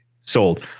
sold